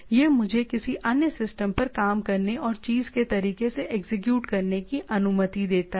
यह मुझे किसी अन्य सिस्टम पर काम करने और चीज़ को तरीके से एग्जीक्यूट करने की अनुमति देता है